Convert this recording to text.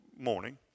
morning